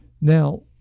Now